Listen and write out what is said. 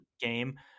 game